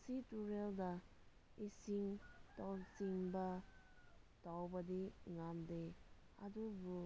ꯑꯁꯤ ꯇꯨꯔꯦꯜꯗ ꯏꯁꯤꯡ ꯇꯣꯜꯂꯨ ꯆꯤꯡꯕ ꯇꯧꯕꯗꯤ ꯉꯝꯗꯦ ꯑꯗꯨꯕꯨ